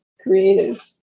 creative